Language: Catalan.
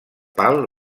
pal